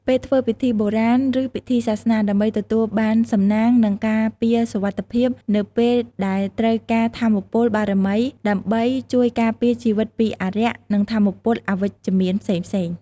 ពេលធ្វើពិធីបុរាណ ឬពិធីសាសនា ដើម្បីទទួលបានសំណាង និងការពារសុវត្ថិភាព នៅពេលដែលត្រូវការថាមពលបារមីដើម្បីជួយការពារជីវិតពីអារក្ស និងថាមពលអវិជ្ជមានផ្សេងៗ។